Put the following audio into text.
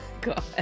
god